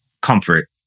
comfort